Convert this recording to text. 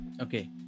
Okay